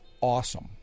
awesome